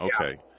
okay